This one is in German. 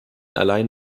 allein